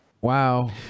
Wow